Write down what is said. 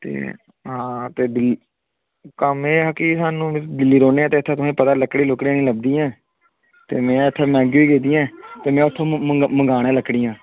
हां ते दिल्ली कम्म ऐ हा के सानू दिल्ली रौह्ने आं ते इत्थें तुहें पता लक्कड़ियां लुक्कड़ियां नि लब्दियां ते में इत्थें मैंह्नगी होई गेदियां ते में उत्थों मंगानियां लक्कड़ियां